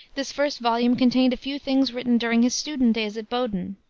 this first volume contained a few things written during his student days at bowdoin,